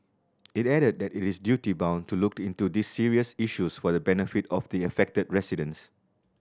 it added that it is duty bound to look into these serious issues for the benefit of the affected residents